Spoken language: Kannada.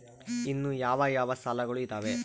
ಇನ್ನು ಯಾವ ಯಾವ ಸಾಲಗಳು ಇದಾವೆ?